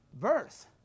verse